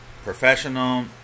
Professional